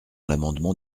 l’amendement